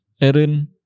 Aaron